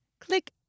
Click